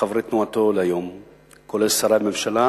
מחברי תנועתו, כולל שרי הממשלה